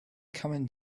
coming